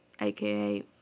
aka